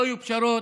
לא יהיו פשרות.